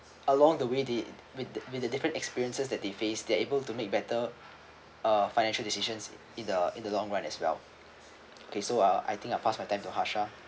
along the way they with the with the different experiences that they face they're able to make better uh financial decisions in the in the long run as well okay so uh I think I pass my time to harsha